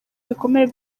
ibikomere